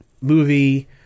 movie